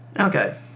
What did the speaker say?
Okay